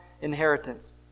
inheritance